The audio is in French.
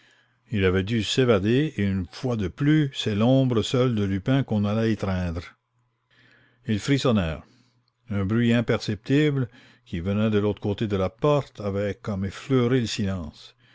il avait dû s'évader et une fois de plus c'est l'ombre seule de lupin qu'on allait étreindre ils frissonnèrent un bruit imperceptible qui venait de l'autre côté de la porte avait comme effleuré le silence